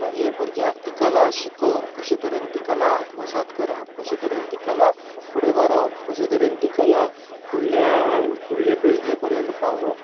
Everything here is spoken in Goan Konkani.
मागीर भुरग्यांक तीं कला शिकोवन कशें तरेन ती कला आत्मसात करप कशें तरेन ती कला फुडें व्हरप कशें तरेन ती कला फुडल्या फुडलें पिळगे पर्यंत पावोवप